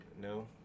no